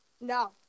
No